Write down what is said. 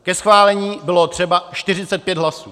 Ke schválení bylo třeba 45 hlasů.